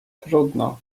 trudno